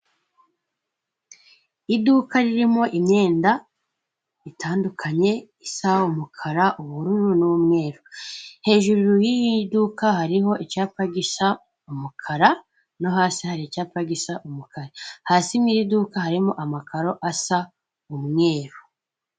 Iduka ririmo imyenda itandukanye isa umukara, ubururu n'umweru, hejuru y'iri duka hariho icyapa gisa umukara no hasi hari icyapa gisa umukara, hasi mu iduka harimo amakaro asa umweru.